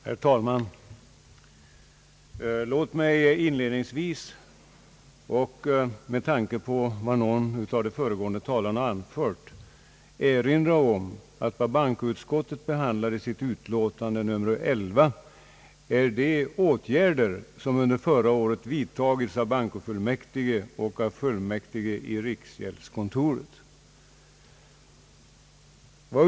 Herr talman! Inledningsvis vill jag med tanke på vad någon av de föregående talarna sagt erinra om att bankoutskottet i sitt utlåtande nr 11 behandlar de åtgärder som vidtogs förra året av bankofullmäktige och av fullmäktige i riksgäldskontoret.